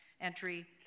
entry